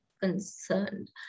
concerned